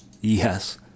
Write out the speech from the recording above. Yes